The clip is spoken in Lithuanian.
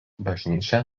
bažnyčia